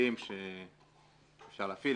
כלים שאפשר להפעיל.